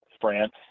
France